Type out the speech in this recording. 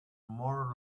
more